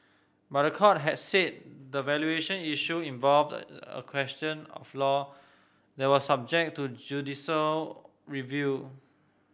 but court had said the valuation issue involved a a question of law that was subject to judicial review